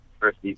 first